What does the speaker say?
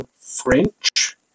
French